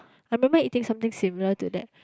I remember eating something similar to that